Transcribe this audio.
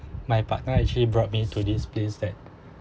my partner actually brought me to this place that